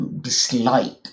dislike